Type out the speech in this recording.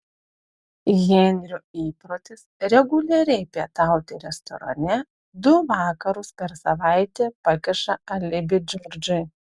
henrio įprotis reguliariai pietauti restorane du vakarus per savaitę pakiša alibi džordžui